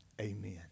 Amen